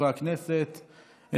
חברי הכנסת,